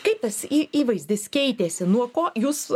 kaip tas į įvaizdis keitėsi nuo ko jūs